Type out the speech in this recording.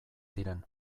ziren